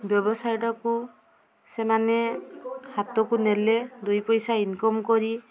ବ୍ୟବସାୟଟା କୁ ସେମାନେ ହାତକୁ ନେଲେ ଦୁଇ ପଇସା ଇନକମ୍ କରି